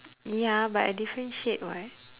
ya but a different shade [what]